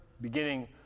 beginning